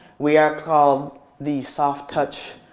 we are called the soft touch,